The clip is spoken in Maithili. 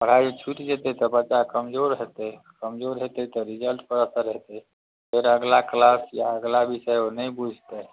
पढ़ाइ छुटि जेतै तऽ बच्चा कमजोर हेतै कमजोर हेतै तऽ रिजल्टपर असर हेतै फेर अगिला क्लास या अगिला विषय ओ नहि बुझतै